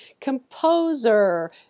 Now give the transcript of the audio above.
composer